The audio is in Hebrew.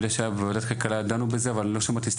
אני יודע שוועדת הכלכלה דנה בזה, אבל לא שמעתי.